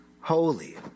holy